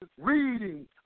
reading